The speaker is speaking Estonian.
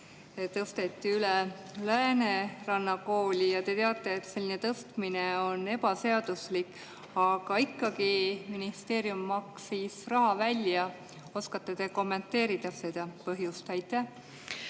tõsteti üle Lääneranna kooli, ja te teate, et selline tõstmine on ebaseaduslik. Aga ikkagi ministeerium maksis raha välja. Oskate te kommenteerida seda põhjust? Aitäh,